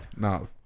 No